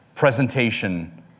presentation